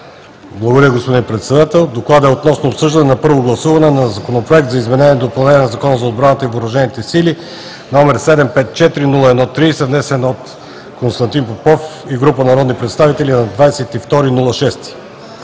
Благодаря Ви, господин Председател. „ДОКЛАД относно обсъждане за първо гласуване на Законопроект за изменение и допълнение на Закона за отбраната и въоръжените сили на Република България, № 754-01-30, внесен от Константин Попов и група народни представители на 22